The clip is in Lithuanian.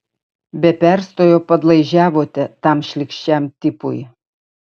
be perstojo padlaižiavote tam šlykščiam tipui